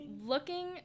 looking